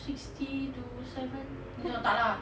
sixty to seven no tak lah